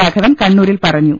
രാഘവൻ കണ്ണൂരിൽ പറഞ്ഞു